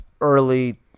early